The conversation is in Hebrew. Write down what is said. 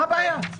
מה הבעיה?